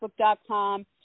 facebook.com